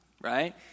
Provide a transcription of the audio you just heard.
right